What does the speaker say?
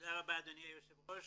תודה אדוני היושב ראש.